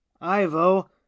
Ivo